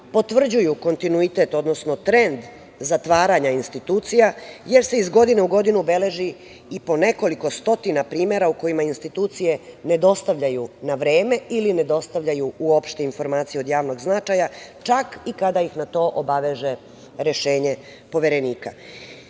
potvrđuju kontinuitet, odnosno trend zatvaranja institucija, jer se iz godine u godinu beleži i po nekoliko stotina primera u kojima institucije ne dostavljaju na vreme, ili ne dostavljaju uopšte informacije od javnog značaja, čak i kada ih na to obaveže rešenje Poverenika.I